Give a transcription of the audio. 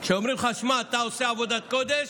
כשאומרים לך: שמע, אתה עושה עבודת קודש,